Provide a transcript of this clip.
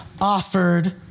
offered